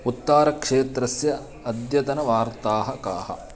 उत्तारक्षेत्रस्य अद्यतनवार्ताः काः